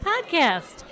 podcast